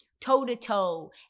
toe-to-toe